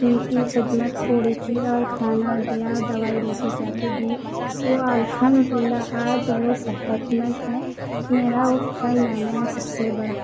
ان کی خدمت تھوڑی کی اور کھانا دیا دوائی لے کے جا کے دی وہ الحمد للّہ آج وہ صحت مند ہیں میرا وہ فخرنامہ ہے سب سے بڑا